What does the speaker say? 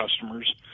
customers